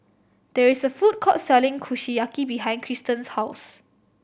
there is a food court selling Kushiyaki behind Christen's house